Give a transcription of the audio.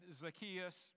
Zacchaeus